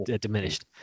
diminished